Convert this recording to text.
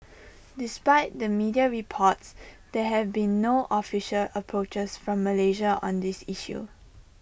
despite the media reports there have been no official approaches from Malaysia on this issue